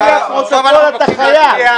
לפי הפרוטוקול אתה חייב.